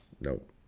Nope